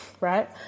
right